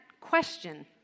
question